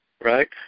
right